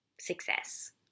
success